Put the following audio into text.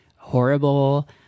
Horrible